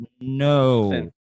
no